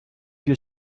your